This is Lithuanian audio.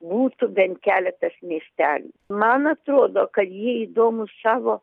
būtų bent keletas miestelių man atrodo kad jie įdomūs savo